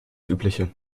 übliche